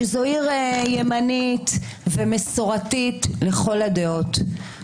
שזו עיר ימנית ומסורתית לכל הדעות.